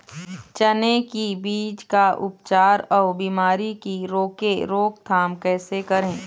चने की बीज का उपचार अउ बीमारी की रोके रोकथाम कैसे करें?